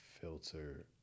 filter